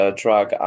drug